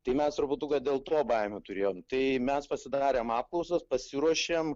tai mes truputuką dėl to baimių turėjom tai mes pasidarėm apklausas pasiruošėm